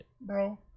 bro